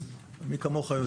מי כמוך יודע.